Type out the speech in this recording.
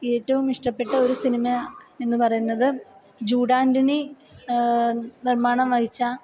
ഏറ്റവും ഇഷ്ടപ്പെട്ട ഒരു സിനിമ എന്നു പറയുന്നത് ജൂഡ് ആൻ്റണി നിർമ്മാണം വഹിച്ച